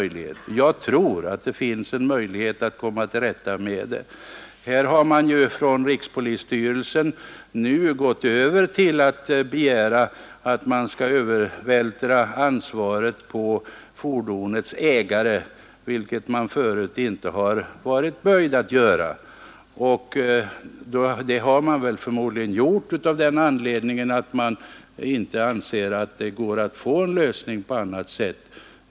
Jag tror att det finns en möjlighet att komma till rätta med det. Inom rikspolisstyrelsen har man ju nu gått över till att begära att ansvaret för parkeringsförseelser skall övervältras på fordonets ägare, vilket man förut inte har varit böjd att göra. Anledningen härtill är förmodligen att man inte anser att det går att få en lösning på annat sätt.